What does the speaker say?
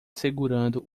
segurando